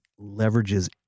leverages